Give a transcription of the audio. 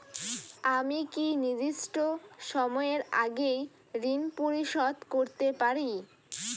আমি কি নির্দিষ্ট সময়ের আগেই ঋন পরিশোধ করতে পারি?